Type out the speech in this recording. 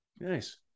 Nice